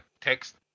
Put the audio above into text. text